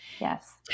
Yes